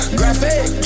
graphic